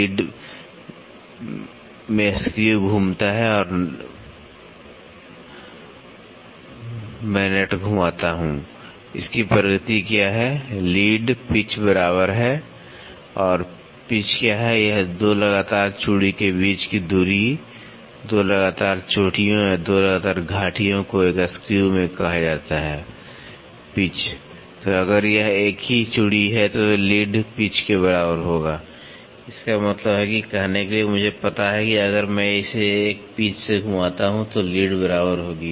lead मैं screw घुमाता हूं या मैं नट घुमाता हूं इसकी प्रगति क्या है लीड पिच बराबर है पिच क्या है 2 लगातार चूड़ी के बीच की दूरी 2 लगातार चोटियों या 2 लगातार घाटियों को एक स्क्रू में कहा जाता है पिच तो अगर यह एक ही चूड़ी है तो लीड पिच के बराबर होगा इसका मतलब है कहने के लिए मुझे पता है कि अगर मैं इसे एक पिच से घुमाता हूं तो लीड बराबर होगी